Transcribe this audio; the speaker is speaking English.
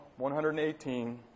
118